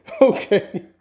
Okay